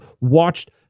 watched